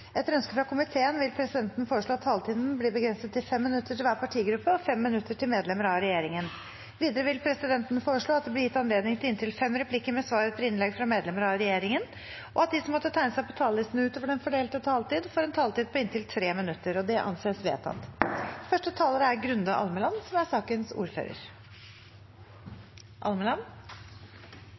Etter ønske fra familie- og kulturkomiteen vil presidenten foreslå at taletiden blir begrenset til 5 minutter til hver partigruppe og 5 minutter til medlemmer av regjeringen. Videre vil presidenten foreslå at det blir gitt anledning til replikkordskifte med inntil fem replikker med svar etter innlegg fra medlemmer av regjeringen, og at de som måtte tegne seg på talerlisten utover den fordelte taletid, får en taletid på inntil tre minutter. – Det anses vedtatt. Innledningsvis vil jeg som